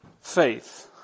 faith